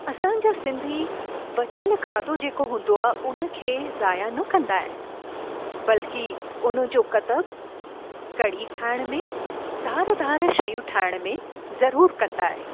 असांजा सिंधी बचियलु खाधो जेको हूंदो आहे उनखे ज़ाया न कंदा आहिनि बल्कि उनजो कतबु कढ़ी ठाहिण में धार धार शयूं ठाहिण में ज़रूरु कंदा आहिनि